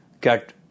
get